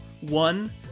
One